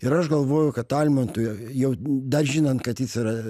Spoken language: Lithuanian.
ir aš galvoju kad almantui jau dar žinant kad jis yra